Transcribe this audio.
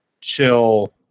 chill